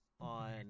on